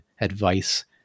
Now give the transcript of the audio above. advice